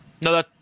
No